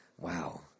Wow